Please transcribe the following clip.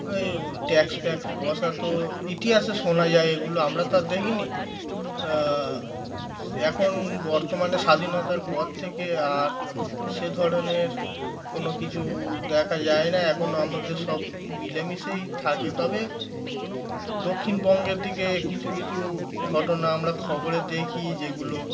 ওই ট্যাক্স ফ্যাক্স বসাত ইতিহাসে শোনা যায় এগুলো আমরা তো আর দেখিনি এখন বর্তমানে স্বাধীনতার পর থেকে আর সে ধরনের কোনো কিছু দেখা যায় না এখন আমাদের সব মিলেমিশেই থাকে তবে দক্ষিণবঙ্গের দিকে কিছু কিছু ঘটনা আমরা খবরে দেখি যেগুলো